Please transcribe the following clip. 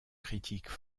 critiques